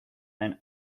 and